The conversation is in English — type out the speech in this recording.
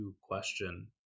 question